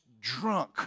drunk